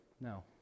no